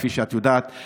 כפי שאת יודעת,